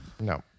No